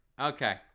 Okay